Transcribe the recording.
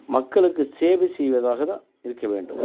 மக்களுக்கு சேவை செய்வதாகத்தான் இருக்க வேண்டும்